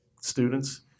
students